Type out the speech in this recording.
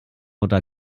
oder